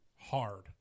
hard